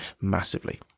massively